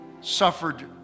suffered